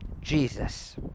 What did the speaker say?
Jesus